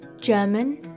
German